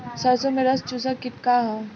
सरसो में रस चुसक किट का ह?